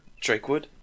Drakewood